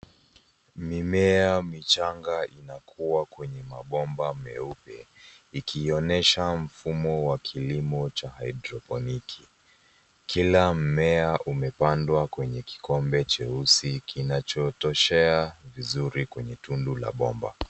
Mimea michanga inakua kwenye mabomba meupe, ikionyesha mfumo wa kilimo cha haidroponiki. Kila mmea umepandwa kwenye kikombe cheusi kinachotoshea vizuri kwenye tundu la bomba.